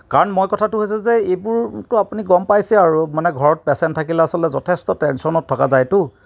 কাৰণ মোৰ কথাটো হৈছে যে এইবোৰতো আপুনি গম পাইছেই আৰু মানে ঘৰত পেচেণ্ট থাকিলে আচলতে যথেষ্ট টেঞ্চনত থকা যায়টো